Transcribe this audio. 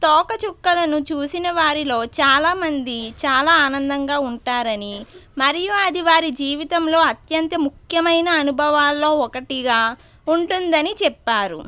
తోకచుక్కలను చూసిన వారిలో చాలా మంది చాలా ఆనందంగా ఉంటారని మరియు అది వారి జీవితంలో అత్యంత ముఖ్యమైన అనుభవాల్లో ఒకటిగా ఉంటుందని చెప్పారు